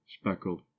speckled